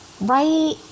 Right